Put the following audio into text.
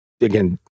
again